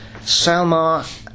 Salma